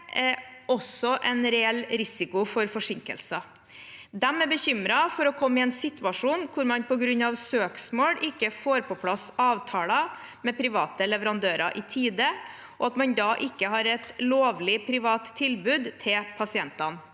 det også en reell risiko for forsinkelser. De er bekymret for å komme i en situasjon hvor man på grunn av søksmål ikke får på plass avtaler med private leverandører i tide, og at man da ikke har et lovlig privat tilbud til pasientene.